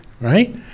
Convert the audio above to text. right